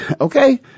okay